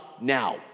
now